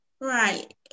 Right